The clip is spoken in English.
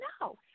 no